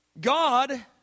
God